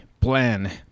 plan